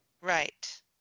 Right